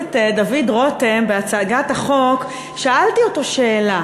הכנסת דוד רותם הציג את החוק שאלתי אותו שאלה: